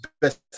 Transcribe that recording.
best